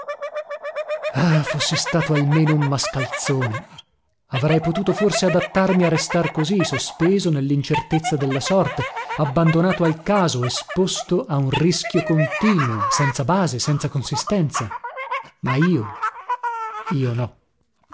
fossi stato almeno un mascalzone avrei potuto forse adattarmi a restar così sospeso nellincertezza della sorte abbandonato al caso esposto a un rischio continuo senza base senza consistenza ma io io no